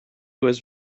was